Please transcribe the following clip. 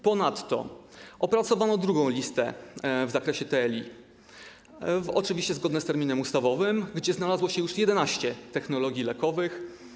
Ponadto opracowano drugą listę w zakresie TLI, oczywiście zgodnie z terminem ustawowym, gdzie znalazło się już 11 technologii lekowych.